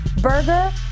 burger